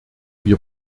wir